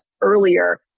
earlier